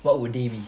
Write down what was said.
what would they be